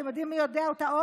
אתם יודעים מי עוד יודע אותה?